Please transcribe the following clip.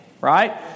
right